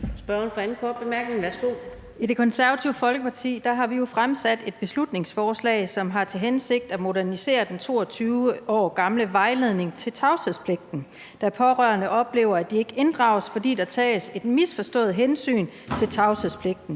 Lise Bertelsen (KF): I Det Konservative Folkeparti har vi jo fremsat et beslutningsforslag, som har til hensigt at modernisere den 22 år gamle vejledning om tavshedspligten, da pårørende oplever, at de ikke inddrages, fordi der tages et misforstået hensyn til tavshedspligten.